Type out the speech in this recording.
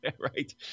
Right